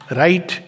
right